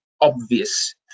obvious